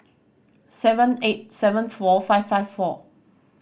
seven eight seven four five five four